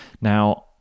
Now